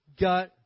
got